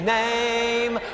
name